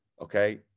okay